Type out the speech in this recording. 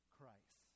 Christ